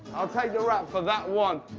i'll take the rap for that one.